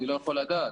אני לא יכול לדעת.